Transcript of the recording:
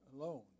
alone